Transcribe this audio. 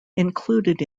included